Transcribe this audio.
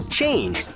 change